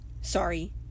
sorry